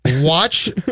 Watch